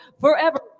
forever